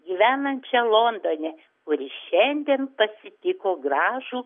gyvenančią londone kuri šiandien pasitiko gražų